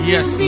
Yes